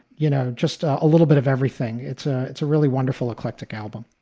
you know, just a little bit of everything. it's ah it's a really wonderful, eclectic album